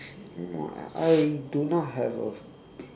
no I I I do not have a